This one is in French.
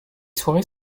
soirées